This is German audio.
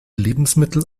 lebensmittel